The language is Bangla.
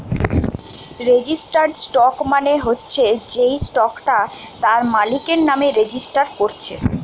রেজিস্টার্ড স্টক মানে হচ্ছে যেই স্টকটা তার মালিকের নামে রেজিস্টার কোরছে